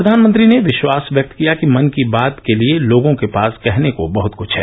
प्रधानमंत्री ने विश्वास व्यक्त किया कि मन की बात के लिए लोगों के पास कहने को बहुत कुछ है